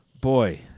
boy